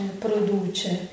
produce